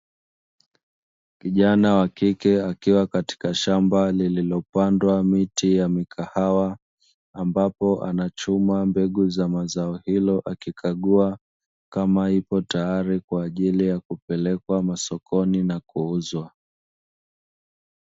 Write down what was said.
Kijana wakike akiwa katika shamba lililopandwa miti ya mikahawa ambapo anachuma mbegu ya zao hilo, akikagua kama ipo tayari kwaajili ya kupelekwa masokoni na kuuzwa.